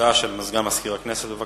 הודעה של סגן מזכיר הכנסת, בבקשה.